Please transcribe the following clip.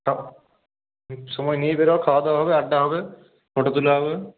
তা সময় নিয়েই বের হ খাওয়া দাওয়া হবে আড্ডা হবে ফটো তোলা হবে